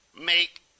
make